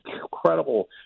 incredible